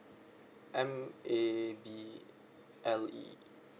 M A B L E